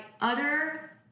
utter